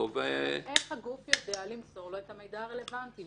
איך הגוף ידע למסור לו את המידע הרלוונטי?